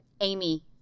Amy